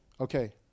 Okay